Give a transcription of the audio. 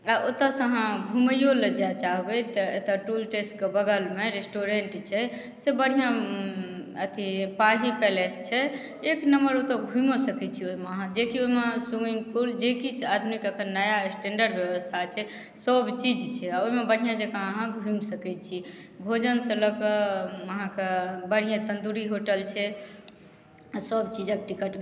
आओर ओतऽसँ अहाँ घुमैयो लए जाइ चाहबै तऽ एतऽ टोल टेक्सके बगलमे रेस्टोरेंट छै से बढ़िआँ अथी पाही पैलेस छै एक नम्बर ओतऽ घुमियो सकै छी ओइमे अहाँ जेकि ओइमे स्वीमिंग पूल जे किछु आदमीके एखन नया स्टैण्डर्ड व्यवस्था छै सब चीज छै आओर ओइमे बढ़िआँ जेकाँ अहाँ घुमि सकै छी भोजनसँ लअ कऽ अहाँके बढ़िआँ तन्दूरी होटल छै आओर सब चीजके टिकट